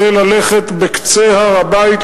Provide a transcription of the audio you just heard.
רוצה ללכת בקצה הר-הבית,